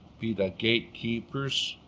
be the gatekeepers